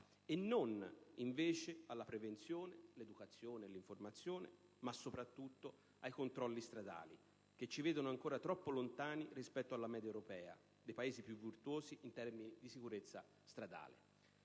affida invece alla prevenzione, all'educazione, all'informazione, ma soprattutto ai controlli stradali, che ci vedono ancora troppo lontani rispetto alla media europea dei Paesi più virtuosi in termini di sicurezza stradale.